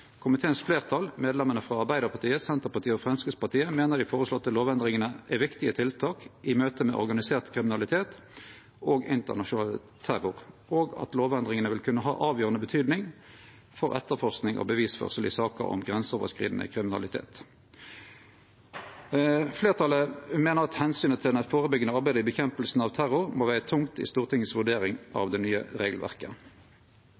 medlemene frå Arbeidarpartiet, Senterpartiet og Framstegspartiet, meiner dei føreslåtte lovendringane er viktige tiltak i møte med organisert kriminalitet og internasjonal terror, og at lovendringane vil kunne ha avgjerande betydning for etterforsking og bevisførsel i saker om grenseoverskridande kriminalitet. Fleirtalet meiner at omsynet til det førebyggjande arbeidet for å kjempe mot terror må vege tungt i Stortingets vurdering